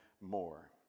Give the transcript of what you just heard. more